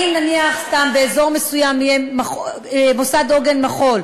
אם באזור מסוים יהיה מוסד עוגן מחול,